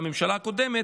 הממשלה הקודמת,